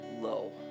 low